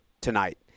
tonight